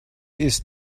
ist